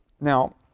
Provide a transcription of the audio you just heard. Now